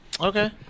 Okay